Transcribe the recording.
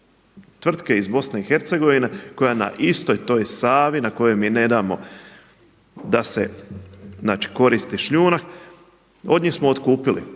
Hercegovine koja na istoj toj Savi na kojoj mi ne damo da se, znači koristi šljunak od njih smo otkupili.